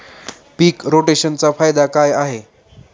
पीक रोटेशनचा फायदा काय आहे?